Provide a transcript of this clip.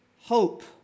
hope